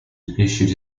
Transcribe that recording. issued